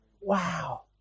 Wow